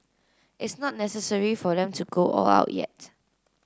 it's not necessary for them to go all out yet